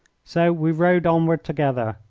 so we rode onward together,